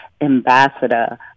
ambassador